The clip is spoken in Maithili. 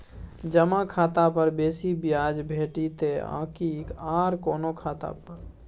जमा खाता पर बेसी ब्याज भेटितै आकि आर कोनो खाता पर?